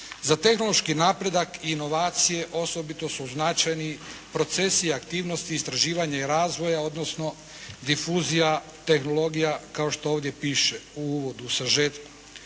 Za tehnološki napredak i inovacije osobito su značajni procesi i aktivnosti istraživanja i razvoja, odnosno difuzija, tehnologija kao što ovdje piše u uvodu u sažetu.